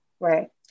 Right